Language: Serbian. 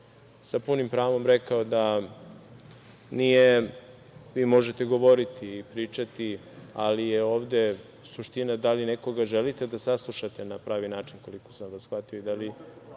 sa punim pravom rekao da nije, vi možete govoriti i pričati, ali je ovde suština da li nekoga želite da saslušate na pravi način, koliko sam vas shvatio, to je